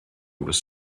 was